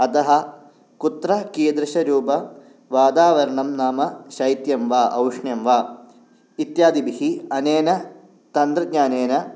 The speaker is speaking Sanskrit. अतः कुत्र कीदृशरूपवादावरणं नाम शैत्यं वा औष्ण्यं वा इत्यादिभिः अनेन तन्त्रज्ञानेन